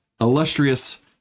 illustrious